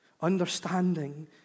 Understanding